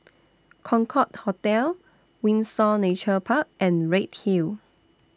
Concorde Hotel Windsor Nature Park and Redhill